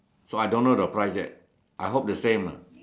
so I don't know the price yet I hope the same lah